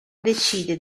decide